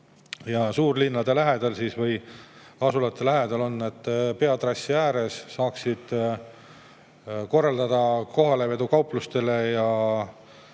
Suurlinnade lähedal või asulate lähedal peatrassi ääres saaksid korraldada kohalevedu kauplustele ja